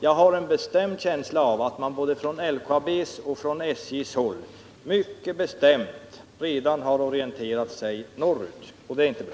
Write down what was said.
Jag har en bestämd känsla av att man både från LKAB:s och SJ:s håll mycket markerat redan har orienterat sig norrut — och det är inte bra.